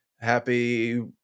Happy